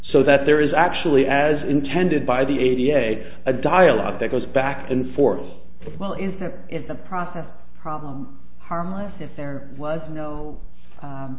so that there is actually as intended by the a b a a dialogue that goes back and forth well is that if the process problem harmless if there was no